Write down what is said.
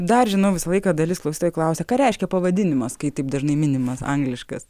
dar žinau visą laiką dalis klausytojų klausia ką reiškia pavadinimas kai taip dažnai minimas angliškas